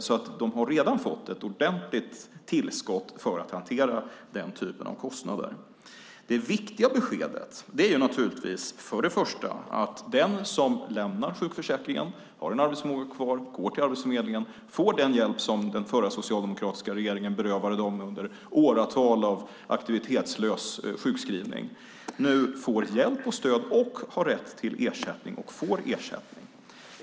De har alltså redan fått ett ordentligt tillskott för att hantera den typen av kostnader. Det viktiga beskedet är naturligtvis att de som lämnar sjukförsäkringen och har en arbetsförmåga går till Arbetsförmedlingen och får den hjälp som den förra, socialdemokratiska, regeringen berövade dem under åratal av aktivitetslös sjukskrivning. De får hjälp och stöd samt har rätt till och får ersättning.